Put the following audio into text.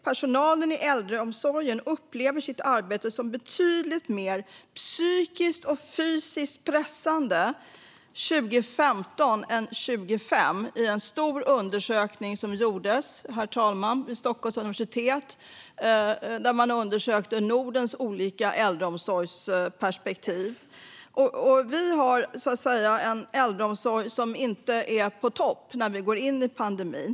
Personalen i äldreomsorgen upplever sitt arbete som betydligt mer psykiskt och fysiskt pressande 2015 än 2005. Det visas i en stor undersökning som gjordes, herr talman, vid Stockholms universitet. Man undersökte där olika äldreomsorgsperspektiv i Norden. Vi hade en äldreomsorg som inte var på topp när vi gick in pandemin.